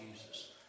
Jesus